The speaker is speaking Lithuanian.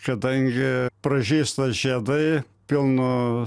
kadangi pražysta žiedai pilnu